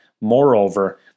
Moreover